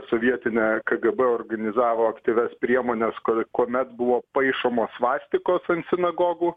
sovietinė kgb organizavo aktyvias priemones ko kuomet buvo paišomos svastikos ant sinagogų